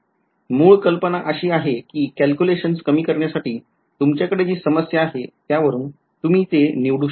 मूळ कल्पना अशी आहे कि calculations कमी करण्यासाठी तुमच्याकडे जी समस्या आहे त्याच्यावरून तुम्ही ते निवडू शकता